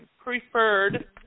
preferred